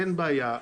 אין בעיה,